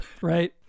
Right